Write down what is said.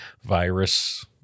virus